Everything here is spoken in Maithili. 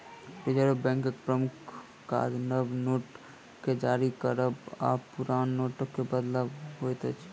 रिजर्व बैंकक प्रमुख काज नव नोट के जारी करब आ पुरान नोटके बदलब होइत अछि